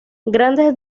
grandes